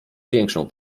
większą